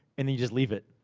and then you just leave it.